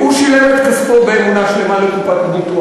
הוא שילם בכספו באמונה שלמה לקופת הביטוח,